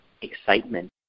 excitement